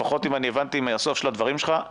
לפחות אם אני הבנתי מהסוף של הדברים שלך,